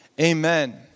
Amen